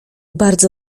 bardzo